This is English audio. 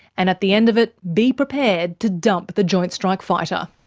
and at the end of it, be prepared to dump the joint strike fighter.